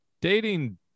dating